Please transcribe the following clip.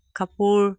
কাপোৰ